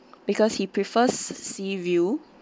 because he prefers sea view